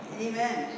Amen